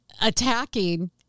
attacking